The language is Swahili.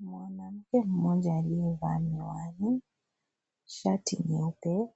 Mwanamke mmoja aliyevaa miwani, shati nyeupa.